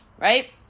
Right